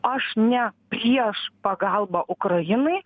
aš ne prieš pagalbą ukrainai